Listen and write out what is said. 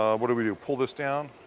um what do we do? pull this down?